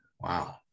Wow